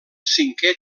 cinquè